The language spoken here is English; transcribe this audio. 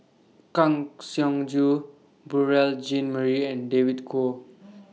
Kang Siong Joo Beurel Jean Marie and David Kwo